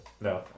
No